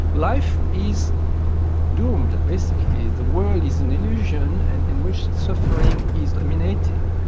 life is doomed basically, the world is an illusion and in which suffering is dominating.